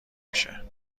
میشه